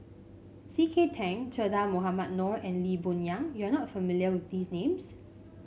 C K Tang Che Dah Mohamed Noor and Lee Boon Yang you are not familiar with these names